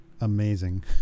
amazing